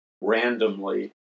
randomly